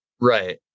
right